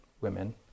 women